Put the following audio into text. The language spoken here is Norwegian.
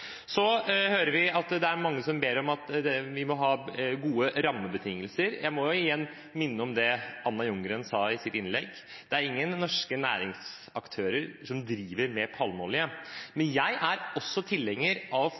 Vi hører at mange ber om at vi må ha gode rammebetingelser. Jeg må igjen minne om det Anna Ljunggren sa i sitt innlegg, at det er ingen norske næringsaktører som driver med palmeolje, men jeg er også tilhenger av